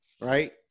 right